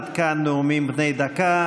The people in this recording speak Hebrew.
עד כאן נאומים בני דקה.